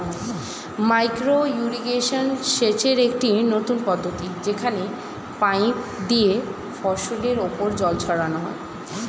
micro irrigation সেচের একটি নতুন পদ্ধতি যেখানে পাইপ দিয়ে ফসলের উপর জল ছড়ানো হয়